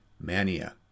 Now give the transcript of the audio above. Mania